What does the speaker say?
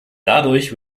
dadurch